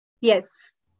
Yes